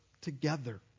together